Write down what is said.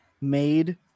made